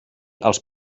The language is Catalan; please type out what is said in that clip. als